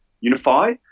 Unify